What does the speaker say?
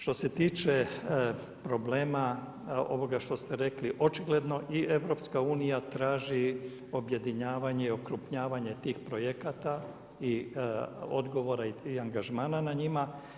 Što se tiče problema ovoga što ste rekli očigledno i EU traži objedinjavanje, okrupnjavanje tih projekata i odgovora i angažmana na njima.